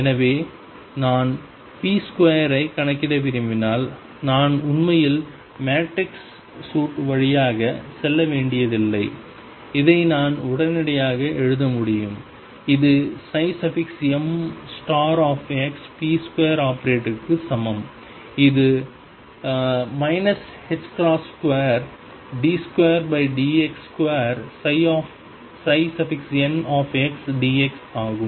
எனவே நான் p2 ஐக் கணக்கிட விரும்பினால் நான் உண்மையில் மேட்ரிக்ஸ் சூட் வழியாக செல்ல வேண்டியதில்லை இதை நான் உடனடியாக எழுத முடியும் இது mxp2 ஆபரேட்டருக்கு சமம் அது 2d2dx2ndx ஆகும்